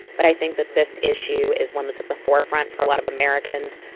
but i think that this issue is one that's at the forefront for a lot of americans.